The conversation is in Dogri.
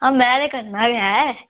मैं ते करना गै